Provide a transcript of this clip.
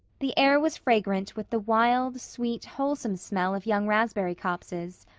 the air was fragrant with the wild, sweet, wholesome smell of young raspberry copses.